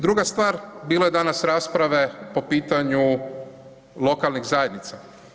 Druga stvar, bilo je danas rasprave po pitanju lokalnih zajednica.